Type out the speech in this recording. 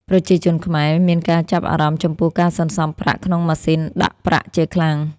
ប្រជាជនខ្មែរ មានការចាប់អារម្មណ៍ចំពោះការសន្សំប្រាក់ក្នុងម៉ាស៊ីនដាក់ប្រាក់ជាខ្លាំង។